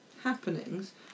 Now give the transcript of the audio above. happenings